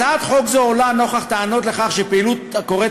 הצעת חוק זו עולה נוכח טענות על כך שפעילות הקוראת